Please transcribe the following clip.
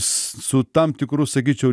su tam tikru sakyčiau